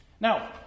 Now